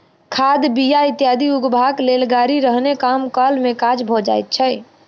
खाद, बीया इत्यादि उघबाक लेल गाड़ी रहने कम काल मे काज भ जाइत छै